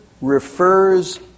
refers